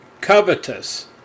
covetous